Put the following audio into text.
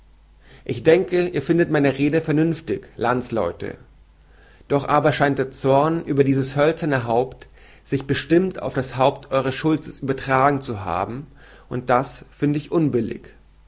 ich denke ihr findet meine rede vernünftig landleute doch aber scheint der zorn über dieses hölzerne haupt sich bestimmt auf das haupt eures schulzen übertragen zu haben und das finde ich unbillig